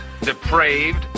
depraved